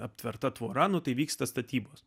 aptverta tvora nu tai vyksta statybos